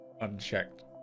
unchecked